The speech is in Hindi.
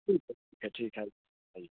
ठीक है ठीक है ठीक है आइए